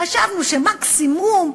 חשבנו שמקסימום,